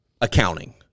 accounting